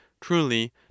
Truly